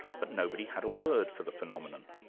but nobody had a word for the phenomenon.